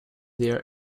there